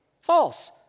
False